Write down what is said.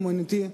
האמנותי,